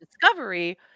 discovery